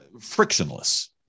frictionless